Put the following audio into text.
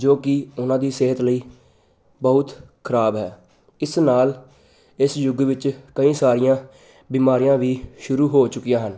ਜੋ ਕਿ ਉਹਨਾਂ ਦੀ ਸਿਹਤ ਲਈ ਬਹੁਤ ਖਰਾਬ ਹੈ ਇਸ ਨਾਲ ਇਸ ਯੁਗ ਵਿੱਚ ਕਈ ਸਾਰੀਆਂ ਬਿਮਾਰੀਆਂ ਵੀ ਸ਼ੁਰੂ ਹੋ ਚੁੱਕੀਆਂ ਹਨ